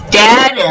dad